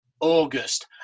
August